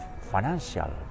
financial